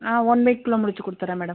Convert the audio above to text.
one week குள்ளே முடிச்சு குடுத்துடுறேன் மேடம்